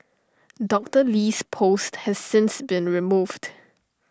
Doctor Lee's post has since been removed